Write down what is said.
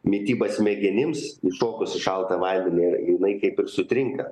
mityba smegenims įšokus į šaltą vandenį ir jinai kaip ir sutrinka